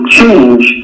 change